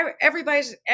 everybody's